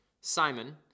Simon